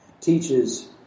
teaches